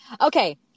okay